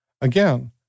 again